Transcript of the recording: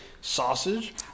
sausage